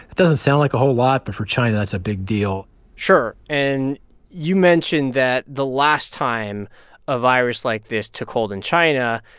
doesn't sound like a whole lot, but for china, that's a big deal sure. and you mentioned that the last time a virus like this took hold in china,